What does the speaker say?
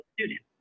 students